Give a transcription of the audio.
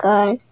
God